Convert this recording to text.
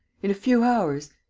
in a few hours.